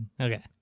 Okay